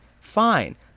fine